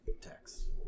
text